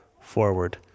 forward